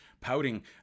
pouting